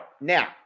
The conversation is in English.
now